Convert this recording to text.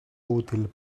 útil